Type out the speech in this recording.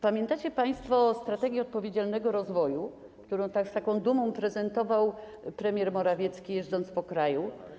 Pamiętacie państwo „Strategię na rzecz odpowiedzialnego rozwoju”, którą z taką dumą prezentował premier Morawiecki, jeżdżąc po kraju?